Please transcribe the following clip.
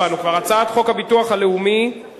הרווחה והבריאות נתקבלה.